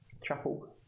chapel